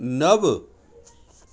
नव